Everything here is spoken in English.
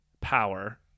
power